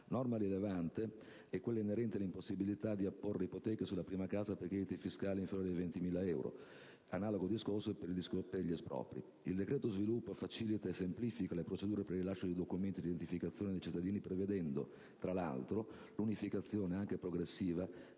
Norma rilevante è quella che prevede l'impossibilità di apporre ipoteche sulla prima casa per crediti fiscali inferiori ai 20.000 euro, analogamente a quanto disposto per gli espropri. Il cosiddetto decreto sviluppo facilita e semplifica le procedure di rilascio dei documenti di identificazione dei cittadini prevedendo, tra 1'altro, 1'unificazione, anche progressiva,